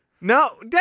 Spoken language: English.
No